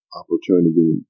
opportunity